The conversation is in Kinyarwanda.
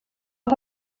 aho